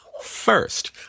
first